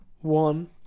one